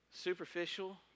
Superficial